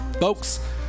folks